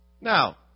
Now